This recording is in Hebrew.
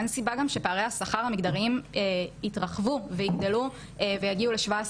אין סיבה גם שפערי השכר המגדריים יתרחבו ויגדלו ויגיעו ל-17%.